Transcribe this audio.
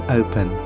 open